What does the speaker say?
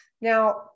Now